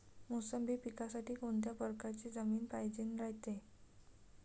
मोसंबी पिकासाठी कोनत्या परकारची जमीन पायजेन रायते?